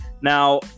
Now